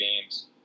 games